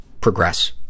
progress